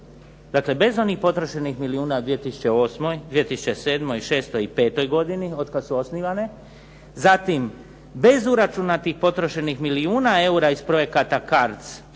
dakle bez onih potrošenih milijuna u 2008., 2007., 2006. i 2005. godini, otkad su osnivane, zatim bez uračunatih potrošenih milijuna eura iz projekata CARDS